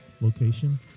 location